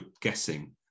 guessing